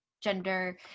gender